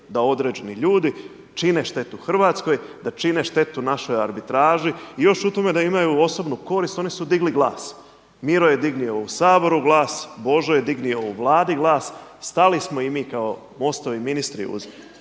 da određeni ljudi čine štetu Hrvatskoj, da čine štetu našoj arbitraži i još u tome da imaju osobnu korist oni su digli glas. Miro je dignuo u Saboru glas, Božo je dignuo u Vladi glas. Stali smo i mi kao Mostovi ministri uz